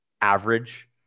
average